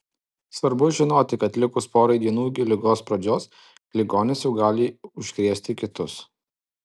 svarbu žinoti kad likus porai dienų iki ligos pradžios ligonis jau gali užkrėsti kitus